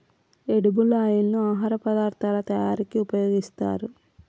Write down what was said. edible oil ను ఆహార పదార్ధాల తయారీకి ఉపయోగిస్తారు